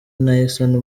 nelson